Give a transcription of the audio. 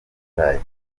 ibaye